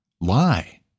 lie